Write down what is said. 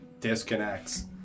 Disconnects